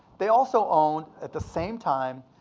they also owned, at the same time,